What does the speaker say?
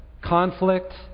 conflict